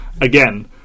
again